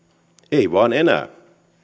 ei enää